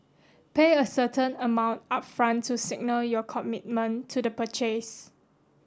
pay a certain amount upfront to signal your commitment to the purchase